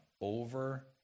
over